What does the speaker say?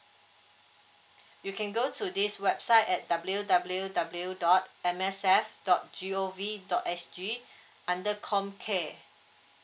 you can go to this website at W W W dot M S F dot G O V dot S G under comcare